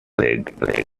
leg